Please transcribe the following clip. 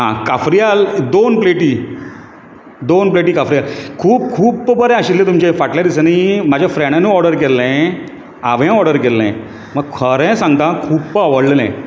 आं काफ्रीयाल दोन प्लेटी दोन प्लेटी काफ्रियल खूब खूब्ब बरें आशिल्लें तुमचें फाटल्या दिसांंनी म्हाज्या फ्रेंडानी ऑर्डर केल्लें हांवें ऑर्डर केल्लें पूण खरें सांगता म्हाका खूब आवडलेलें